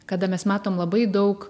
kada mes matom labai daug